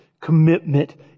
commitment